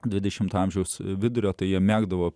dvidešimto amžiaus vidurio tai jie mėgdavo